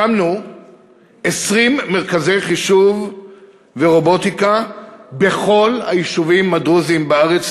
הקמנו 20 מרכזי חישוב ורובוטיקה בכל היישובים הדרוזיים בארץ,